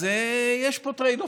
אז יש פה טרייד-אוף.